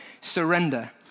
Surrender